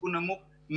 סיכון נמוך,